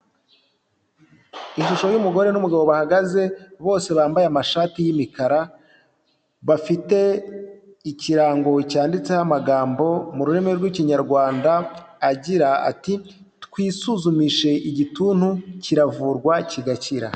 Ishusho y'umugore n'umugabo bahagaze bose bambaye amashati y'imikara, bafite ikirango cyanditseho amagambo mu rurimi rw'ikinyarwanda agira ati ''twisuzumishe igituntu kiravurwa kigakira''.